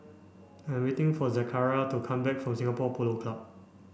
I'm waiting for Zachariah to come back from Singapore Polo Club